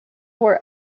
were